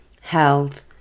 health